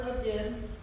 again